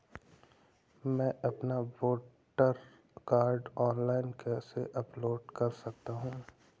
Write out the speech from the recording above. मैं अपना voter card online कैसे अपलोड कर सकता हूँ?